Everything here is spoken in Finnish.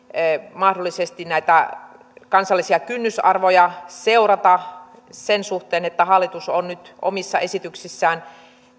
mahdollisesti näitä kansallisia kynnysarvoja seurata sen suhteen että hallitus on nyt omissa esityksissään